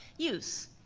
use.